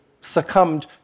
succumbed